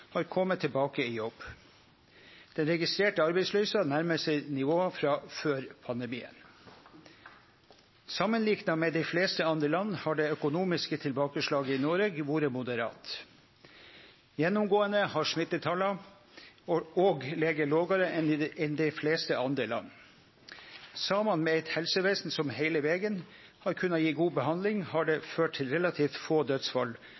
har kome tilbake i jobb. Den registrerte arbeidsløysa nærmar seg nivåa frå før pandemien. Samanlikna med dei fleste andre land har det økonomiske tilbakeslaget i Noreg vore moderat. Gjennomgåande har smittetala òg lege lågare enn i dei fleste andre land. Saman med eit helsevesen som heile vegen har kunna gje god behandling, har det ført til relativt få dødsfall